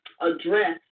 address